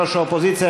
ראש האופוזיציה,